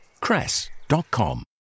cress.com